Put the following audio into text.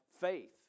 faith